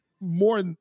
more